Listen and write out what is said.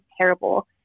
terrible